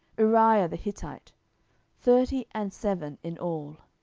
uriah the hittite thirty and seven in all.